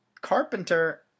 Carpenter